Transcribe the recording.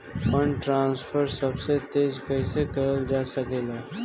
Fund transfer सबसे तेज कइसे करल जा सकेला?